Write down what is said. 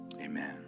Amen